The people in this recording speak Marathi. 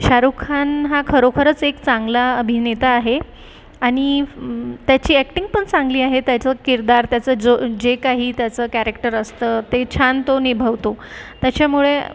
शारुक खान हा खरोखरच एक चांगला अभिनेता आहे आणि त्याची ॲक्टिंग पण चांगली आहे त्याचं किरदार त्याचं ज जे काही त्याचं कॅरॅक्टर असतं ते छान तो निभावतो त्याच्यामुळे